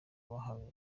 bahawe